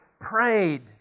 prayed